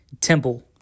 temple